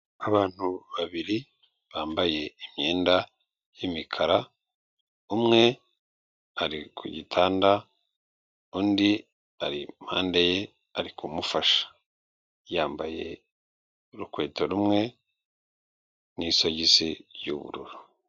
Abantu babiri bambaye imyenda y'imikara, umwe ari ku gitanda undi ari impande ye ari kumufasha, yambaye urukweto rumwe n'isogisi ry'ubururu.